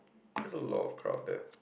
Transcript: there's a lot of crowd there